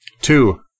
Two